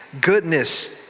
goodness